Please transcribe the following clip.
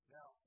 Now